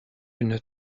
une